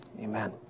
amen